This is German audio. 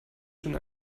schon